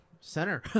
center